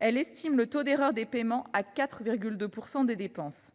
Elle estime ainsi le taux d’erreur des paiements à 4,2 % des dépenses.